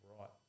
right